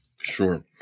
Sure